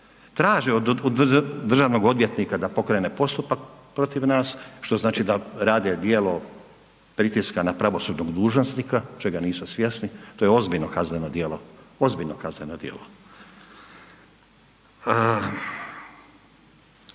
Traže od državnog odvjetnika da pokrene postupak protiv nas, što znači da rade djelo pritiska na pravosudnog dužnosnika, čega nisu svjesni, to je ozbiljno kazneno djelo, ozbiljno kazneno djelo.